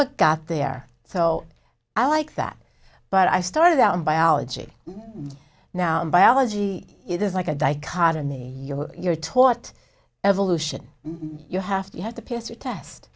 it got there so i like that but i started out in biology now biology is like a dichotomy you're taught evolution you have to you have to pass a test